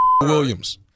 Williams